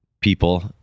people